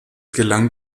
gelang